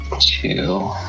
Two